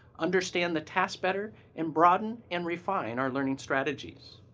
understand the task better, and broaden and refine our learning strategies.